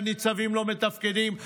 הניצבים לא מתפקדים,